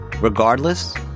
Regardless